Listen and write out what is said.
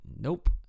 Nope